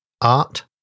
art